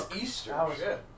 Easter